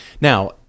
Now